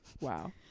wow